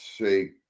say